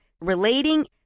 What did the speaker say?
relating